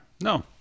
no